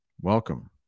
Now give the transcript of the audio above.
welcome